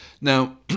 Now